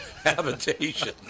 habitation